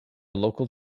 local